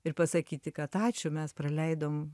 ir pasakyti kad ačiū mes praleidom